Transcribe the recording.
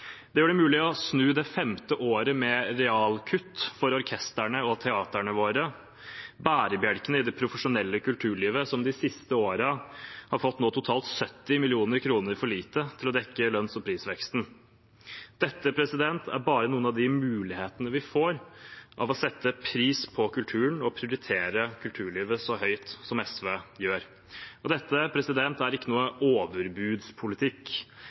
kulturarbeiderne. Det blir mulig å snu det femte året med realkutt for orkestrene og teatrene våre – bærebjelkene i det profesjonelle kulturlivet som de siste årene har fått totalt 70 mill. kr for lite for å dekke lønns- og prisveksten. Dette er bare noen av mulighetene vi får ved å sette pris på kulturen og prioritere kulturlivet så høyt som SV gjør. Dette er